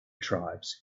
tribes